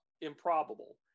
improbable